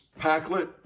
Packlet